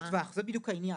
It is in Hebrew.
זה, בדיוק, העניין.